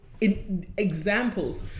examples